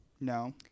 No